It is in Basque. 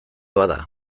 bada